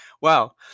Wow